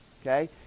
Okay